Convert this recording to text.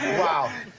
wow,